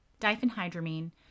Diphenhydramine